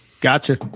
Gotcha